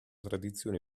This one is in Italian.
tradizione